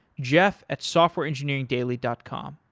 jeff at softwareengineeringdaily dot com.